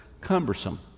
cumbersome